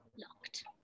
Locked